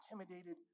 intimidated